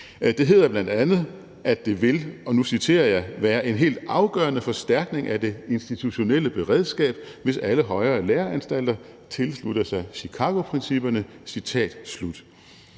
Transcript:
Det hedder bl.a., at det vil, og nu citerer jeg, være en helt afgørende forstærkning af det institutionelle beredskab, hvis alle højere læreanstalter tilslutter sig Chicagoprincipperne.